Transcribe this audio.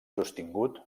sostingut